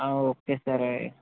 okay sir